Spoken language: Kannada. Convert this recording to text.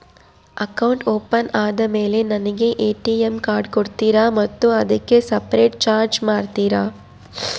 ಅಕೌಂಟ್ ಓಪನ್ ಆದಮೇಲೆ ನನಗೆ ಎ.ಟಿ.ಎಂ ಕಾರ್ಡ್ ಕೊಡ್ತೇರಾ ಮತ್ತು ಅದಕ್ಕೆ ಸಪರೇಟ್ ಚಾರ್ಜ್ ಮಾಡ್ತೇರಾ?